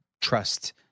trust